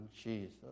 Jesus